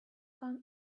gun